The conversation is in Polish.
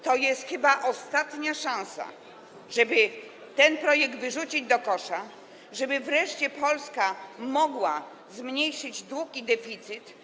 To jest chyba ostatnia szansa, żeby ten projekt wyrzucić do kosza, żeby wreszcie Polska mogła zmniejszyć dług i deficyt.